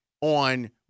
on